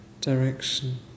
direction